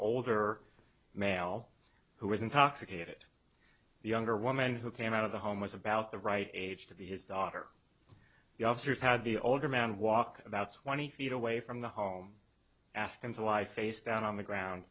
older male who was intoxicated the younger woman who came out of the home was about the right age to be his daughter the officers had the older man walk about twenty feet away from the home asked him to lie face down on the ground